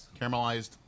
caramelized